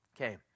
Okay